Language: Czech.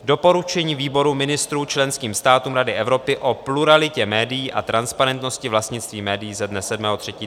Doporučení Výboru ministrů členským státům Rady Evropy o pluralitě médií a transparentnosti vlastnictví médií ze dne 7. 3. 2018.